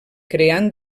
creant